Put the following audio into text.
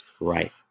Right